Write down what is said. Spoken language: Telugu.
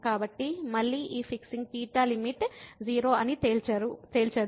కాబట్టి మళ్ళీ ఈ ఫిక్సింగ్ θ లిమిట్ 0 అని తేల్చదు